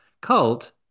cult